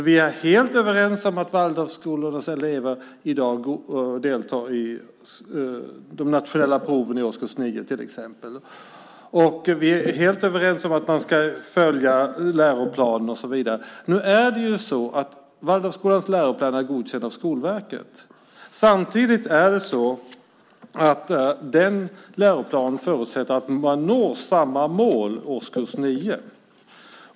Vi är helt överens om att Waldorfskolornas elever i dag deltar i de nationella proven i årskurs 9. Vi är helt överens om att man ska följa läroplaner och så vidare. Waldorfskolans läroplan är godkänd av Skolverket. Läroplanen förutsätter att alla når samma mål i årskurs 9.